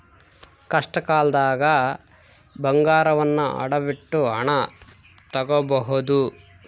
ಕಷ್ಟಕಾಲ್ದಗ ಬಂಗಾರವನ್ನ ಅಡವಿಟ್ಟು ಹಣ ತೊಗೋಬಹುದು